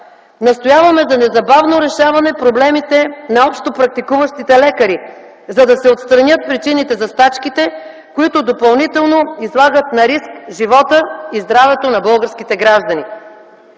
Настояваме за незабавно решаване проблемите на общопрактикуващите лекари, за да се отстранят причините за стачките, които допълнително излагат на риск живота и здравето на българските граждани.